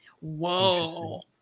whoa